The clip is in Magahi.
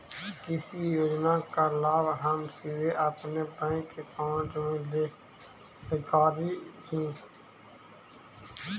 किसी भी योजना का लाभ हम सीधे अपने बैंक अकाउंट में ले सकली ही?